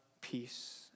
peace